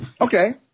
Okay